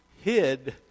hid